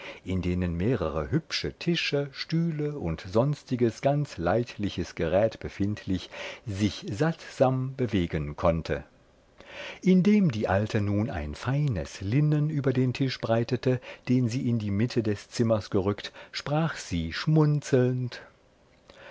in denen mehrere hübsche tische stühle und sonstiges ganz leidliches gerät befindlich sich sattsam bewegen konnte indem die alte nun ein feines linnen über den tisch breitete den sie in die mitte des zimmers gerückt sprach sie schmunzelnd